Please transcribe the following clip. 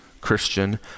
Christian